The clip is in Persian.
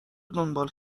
دنبال